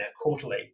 quarterly